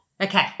Okay